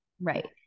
right